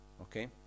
Okay